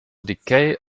decay